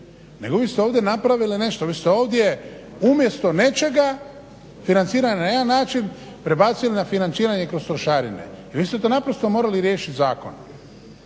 nego vi ste ovdje napravili nešto, vi ste ovdje umjesto nečega financirano na jedan način prebacili na financiranje kroz trošarine. I vi ste to naprosto morali riješiti zakonom,